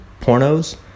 pornos